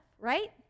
right